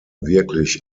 wirklich